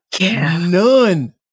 None